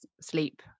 sleep